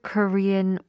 Korean